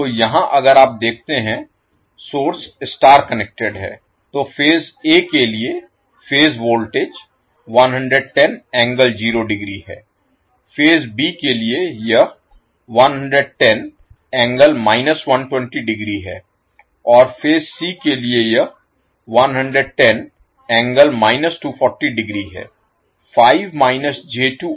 तो यहाँ अगर आप देखते हैं सोर्स स्टार कनेक्टेड है तो फेज A के लिए फेज वोल्टेज है फेज B के लिए यह है और फेज C के लिए यह 110∠ 240 ° है